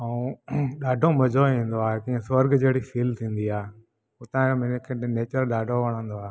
अऊं ॾाढो मज़ो ईंदो आहे कीअं स्वर्ग जहिड़ी फील थींदी आहे उतां जो नेचर ॾाढो वणदो आहे